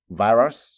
virus